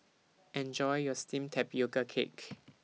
Enjoy your Steamed Tapioca Cake